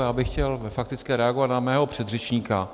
Já bych chtěl ve faktické reagovat na svého předřečníka.